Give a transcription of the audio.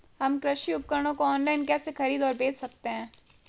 हम कृषि उपकरणों को ऑनलाइन कैसे खरीद और बेच सकते हैं?